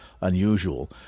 unusual